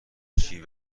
چیه